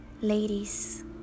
ladies